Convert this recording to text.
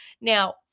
now